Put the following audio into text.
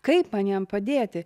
kaip man jam padėti